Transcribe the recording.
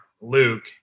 Luke